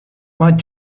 might